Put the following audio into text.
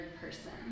person